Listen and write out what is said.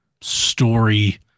story